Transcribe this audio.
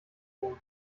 tun